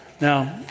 Now